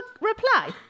reply